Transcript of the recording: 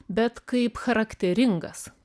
bet kaip charakteringas